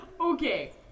Okay